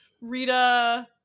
Rita